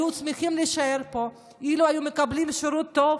שמחים להישאר פה, אילו היו מקבלים שירות טוב